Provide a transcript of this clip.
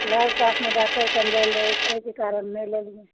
लग पासमे डॉकटर कन जाए ले रहै एहिके कारण नहि लेलिए